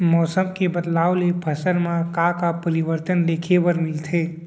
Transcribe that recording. मौसम के बदलाव ले फसल मा का का परिवर्तन देखे बर मिलथे?